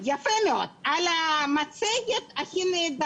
- יפה מאוד, וזה נשמע נהדר.